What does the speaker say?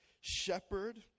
shepherd